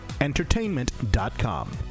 entertainment.com